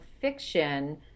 fiction